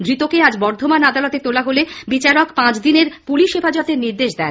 ধৃতকে আজ বর্ধমান আদালতে পেশ করা হলে বিচারক পাঁচ দিনের পুলিশ হেফাজতের নির্দেশ দেন